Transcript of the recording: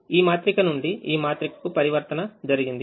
ఈమాత్రికనుండి ఈ మాత్రిక కు పరివర్తన జరిగింది